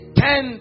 ten